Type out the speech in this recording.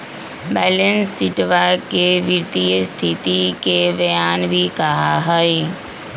balance शीटवा के वित्तीय स्तिथि के बयान भी कहा हई